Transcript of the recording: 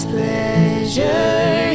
pleasure